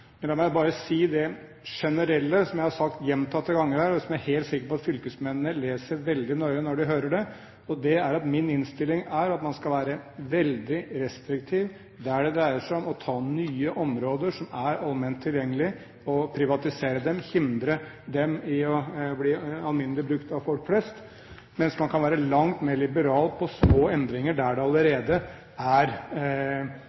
Men la meg bare si det generelle, som jeg har sagt gjentatte ganger her – jeg er helt sikker på at fylkesmennene hører veldig nøye etter – og det er at min innstilling er at man skal være veldig restriktiv der det dreier seg om å privatisere nye områder som er allment tilgjengelige – hindre dem i å bli alminnelig brukt av folk flest – mens man kan være langt mer liberal på små endringer der det